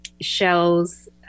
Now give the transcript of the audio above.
shells